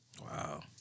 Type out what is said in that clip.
wow